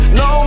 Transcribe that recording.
no